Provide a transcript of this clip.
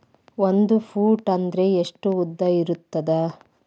ಒಂದು ಫೂಟ್ ಅಂದ್ರೆ ಎಷ್ಟು ಉದ್ದ ಇರುತ್ತದ?